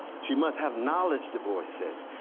she must have knowledge, du bois says.